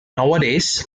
nowadays